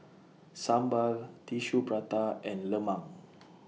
Sambal Tissue Prata and Lemang